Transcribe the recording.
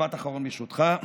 משפט אחרון, ברשותך.